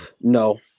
No